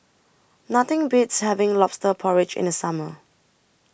Nothing Beats having Lobster Porridge in The Summer